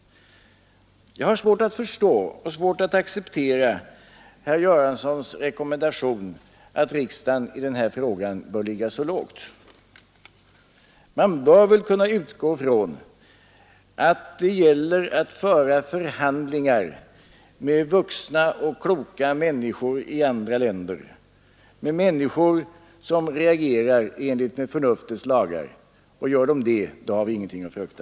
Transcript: Jag har svårt att förstå och acceptera herr Göranssons rekommendation till riksdagen att ligga lågt. Man bör väl kunna utgå ifrån att det gäller att föra förhandlingar med vuxna och kloka personer i andra länder, med människor som reagerar enligt förnuftets lagar. Om de gör det, har vi ingenting att frukta.